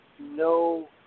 no